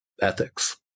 ethics